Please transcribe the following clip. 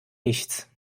nichts